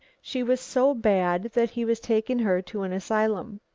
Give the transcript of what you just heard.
she was so bad that he was taking her to an asylum.